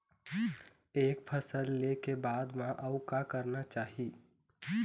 एक फसल ले के बाद म अउ का करना चाही?